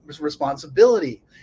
responsibility